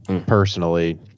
personally